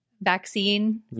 vaccine